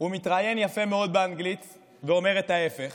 הוא מתראיין יפה מאוד באנגלית ואומר את ההפך,